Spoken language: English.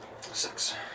Six